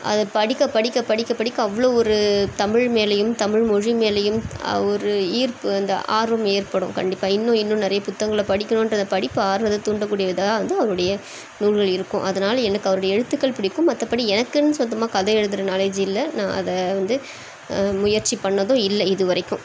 அதை படிக்க படிக்க படிக்க படிக்க அவ்வளோ ஒரு தமிழ் மேலேயும் தமிழ் மொழி மேலேயும் ஒரு ஈர்ப்பு அந்த ஆர்வம் ஏற்படும் கண்டிப்பாக இன்னும் இன்னும் நிறைய புத்தகங்கள படிக்கணும்றத படிப்பு ஆர்வத்தை தூண்டக்கூடிய விதமாக வந்து அவருடைய நூல்கள் இருக்கும் அதனால் எனக்கு அவருடைய எழுத்துக்கள் பிடிக்கும் மற்றபடி எனக்குன்னு சொந்தமாக கதை எழுதுகிற நாலேஜ் இல்லை நான் அதை வந்து முயற்சி பண்ணிணதும் இல்லை இது வரைக்கும்